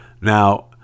Now